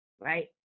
right